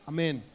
Amen